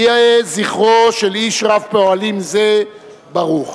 יהיה זכרו של איש רב-פעלים זה ברוך.